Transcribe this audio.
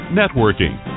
networking